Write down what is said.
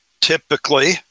typically